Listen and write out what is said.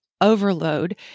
overload